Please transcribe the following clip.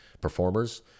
performers